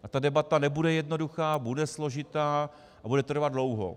A ta debata nebude jednoduchá, bude složitá a bude trvat dlouho.